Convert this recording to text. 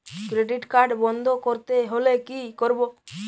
Credit card বন্ধ করতে হলে কি করব?